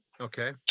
Okay